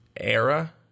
era